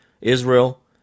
Israel